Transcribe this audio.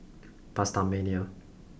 PastaMania